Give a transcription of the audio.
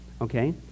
okay